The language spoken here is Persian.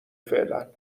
فعلا